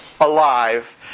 alive